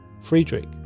Friedrich